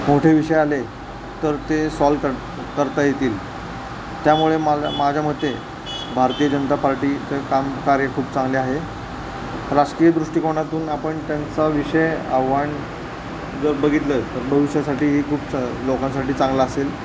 मोठे विषय आले तर ते सॉल्व कर करता येतील त्यामुळे मला माझ्या मते भारतीय जनता पार्टीचं काम कार्य खूप चांगले आहे राजकीय दृष्टिकोनातून आपण त्यांचा विषय आव्हान जर बघितलं तर भविष्यासाठीही खूप च लोकांसाठी चांगलं असेल